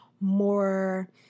more